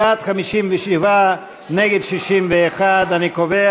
בעד, 57, נגד, 61. אני קובע